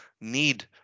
need